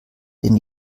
denn